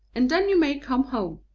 and then you may come home.